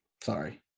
sorry